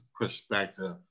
perspective